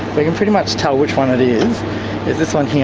we can pretty much tell which one it is, it's this one here